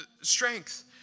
strength